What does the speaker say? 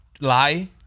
lie